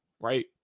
Right